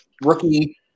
rookie